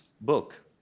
book